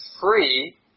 free